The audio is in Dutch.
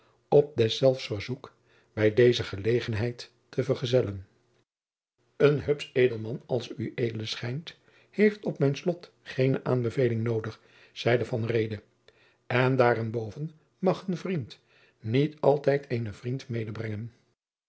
op deszelfs verzoek bij deze gelegenheid te vergezellen een hupsch edelman als ued schijnt heeft op mijn slot geene aanbeveling noodig zeide van reede en daarenboven mag een vriend niet altijd eenen vriend